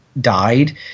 died